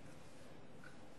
לדבר.